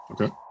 Okay